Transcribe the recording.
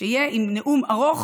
שאם יהיה נאום ארוך,